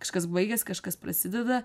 kažkas baigiasi kažkas prasideda